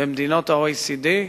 במדינות ה-OECD,